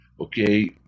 Okay